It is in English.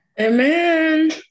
Amen